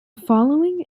following